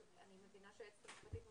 אבל אני מבינה שהיועצת המשפטית מעודכנת.